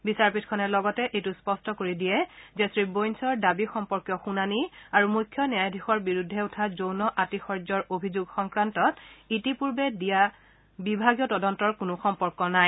বিচাৰপীঠখনে লগতে এইটো স্পষ্ট কৰি দিয়ে যে শ্ৰী বৈন্সৰ দাবী সম্পৰ্কীয় শুনানী আৰু মুখ্য ন্যায়াধীশৰ বিৰুদ্ধে উঠা যৌন আতিশয্যাৰ অভিযোগ সংক্ৰান্তত ইতিপূৰ্বে নিৰ্দেশ দিয়া বিভাগীয় তদন্তৰ কোনো সম্পৰ্ক নাই